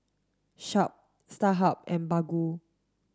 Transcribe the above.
Sharp Starhub and Baggu